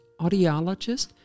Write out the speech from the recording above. audiologist